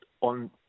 on